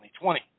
2020